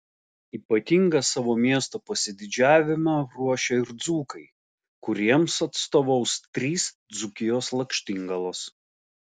ypatingą savo miesto pasididžiavimą ruošia ir dzūkai kuriems atstovaus trys dzūkijos lakštingalos